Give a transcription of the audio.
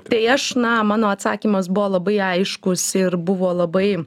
tai aš na mano atsakymas buvo labai aiškus ir buvo labai